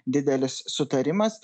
didelis sutarimas